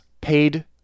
paid